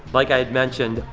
like i had mentioned,